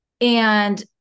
And-